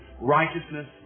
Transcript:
righteousness